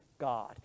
God